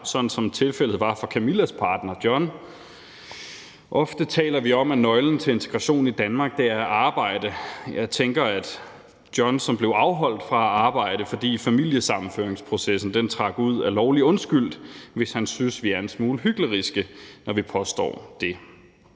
sådan som tilfældet var for Camillas partner John. Ofte taler vi om, at nøglen til integration i Danmark er arbejde. Jeg tænker, at John, som blev afholdt fra at arbejde, fordi familiesammenføringsprocessen trak ud, er lovligt undskyldt, hvis han synes, vi er en smule hykleriske, når vi påstår det.